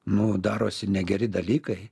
nu darosi negeri dalykai